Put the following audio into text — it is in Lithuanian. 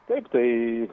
taip tai